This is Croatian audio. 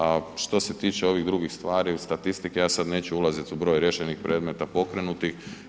A što se tiče ovih drugih stvari i statistike, ja sada neću ulaziti u broj riješenih predmeta pokrenutih.